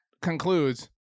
concludes